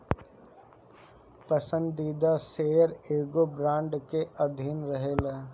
पसंदीदा शेयर एगो बांड के अधीन रहेला